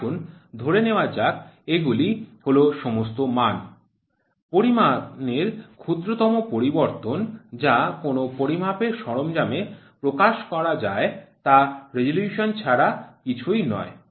আসুন ধরে নেওয়া যাক এগুলি হল সমস্ত মান পরিমাণের ক্ষুদ্রতম পরিবর্তন যা কোনও পরিমাপের সরঞ্জামে প্রকাশ করা যায় তা রেজোলিউশন ছাড়া কিছুই নয়